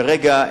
כרגע,